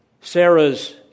Sarah's